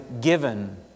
given